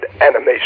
animation